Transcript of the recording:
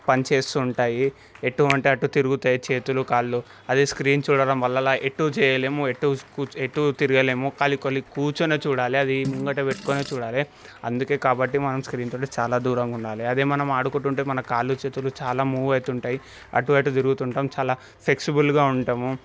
పనిచేస్తుంటాయి ఎటు అంటే అటు తిరుగుతాయి చేతులు కాళ్ళు అదే స్క్రీన్ చూడటం వల్ల ఎటూ చేయలేము ఎటూ కూర్చో ఎటూ తిరగలేము ఖాళీ కొన్ని కూర్చొనే చూడాలి అది ముంగట పెట్టుకొనే చూడాలి అందుకే కాబట్టి మనం స్క్రీన్తోటి చాలా దూరంగా ఉండాలి అదే మనం ఆడుకుంటుంటే మన కాళ్ళు చేతులు చాలా మూవ్ అవుతూ ఉంటాయి అటు అటు తిరుగుతూ ఉంటాము చాలా ఫ్లెక్సిబుల్గా ఉంటాము